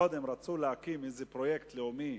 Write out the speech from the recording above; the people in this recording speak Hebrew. קודם רצו להקים איזה פרויקט לאומי